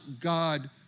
God